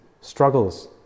struggles